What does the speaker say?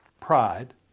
pride